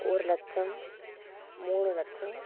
ஒரு லட்சம் மூணு லட்சம்